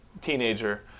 teenager